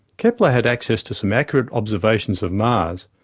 kepler had access to some accurate observations of mars,